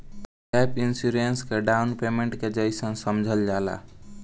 gap insurance के down payment के जइसन समझल जाला